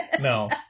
no